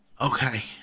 Okay